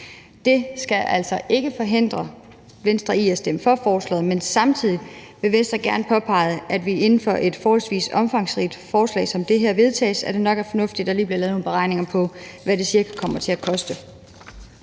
Det skal altså ikke forhindre Venstre i at stemme for forslaget, men samtidig vil Venstre gerne påpege, at det, inden et forholdsvis omfangsrigt forslag som det her vedtages, nok er fornuftigt, at der lige bliver lavet nogle beregninger af, hvad det cirka kommer til at koste.